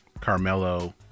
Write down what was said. Carmelo